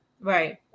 Right